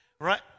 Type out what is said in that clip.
right